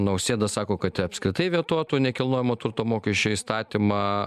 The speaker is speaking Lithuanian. nausėda sako kad apskritai vetuotų nekilnojamo turto mokesčio įstatymą